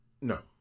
No